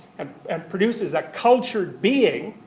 um and produces a cultured being,